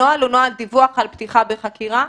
נוהל דיווח על פתיחה בחקירה.